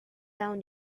down